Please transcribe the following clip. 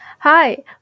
Hi